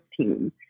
team